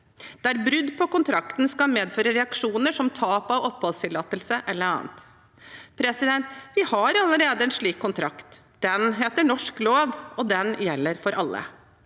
der brudd på kontrakten skal medføre reaksjoner som tap av oppholdstillatelse eller annet. Vi har allerede en slik kontrakt. Den heter norsk lov, og den gjelder for alle.